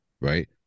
Right